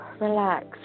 relax